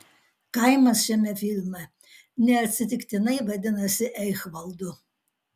kaimas šiame filme neatsitiktinai vadinasi eichvaldu